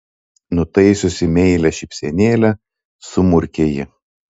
nutaisiusi meilią šypsenėlę sumurkė ji